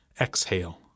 exhale